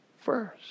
first